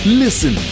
listen